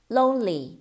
Lonely